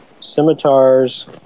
Scimitar's